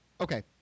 okay